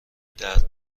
درد